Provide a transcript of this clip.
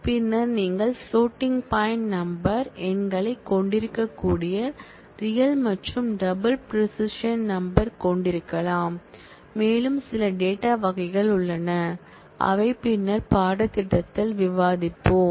பின்னர் நீங்கள் floating point number எண்களைக் கொண்டிருக்கக்கூடிய ரியல் மற்றும் டபுள் ப்ரிசிஷியன் நம்பர் கொண்டிருக்கலாம் மேலும் சில டேட்டா வகைகள் உள்ளன அவை பின்னர் பாடத்திட்டத்தில் விவாதிப்போம்